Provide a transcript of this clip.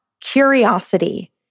Curiosity